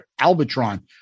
Albatron